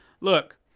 look